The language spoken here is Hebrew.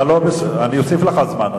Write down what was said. אני אוסיף לך זמן.